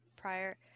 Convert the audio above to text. prior